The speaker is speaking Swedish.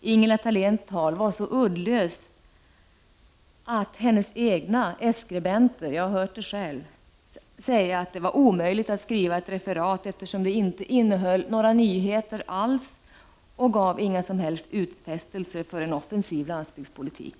Ingela Thaléns tal var så uddlöst att hennes egna, dvs. s-skribenterna — jag har hört det själv — ansåg att det var omöjligt att skriva ett referat, eftersom talet inte innehöll några nyheter alls och inte några som helst utfästelser för en offensiv landsbygdspolitik.